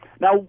now